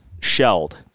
shelled